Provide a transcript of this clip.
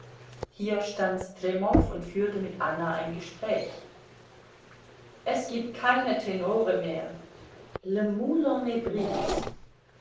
hier stand stremow und führte mit anna ein gespräch es gibt keine tenore mehr